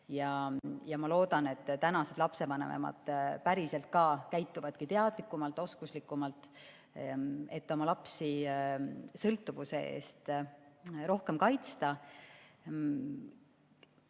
Ma loodan, et tänased lapsevanemad päriselt ka käituvad teadlikumalt, oskuslikumalt, et oma lapsi sõltuvuse eest rohkem kaitsta.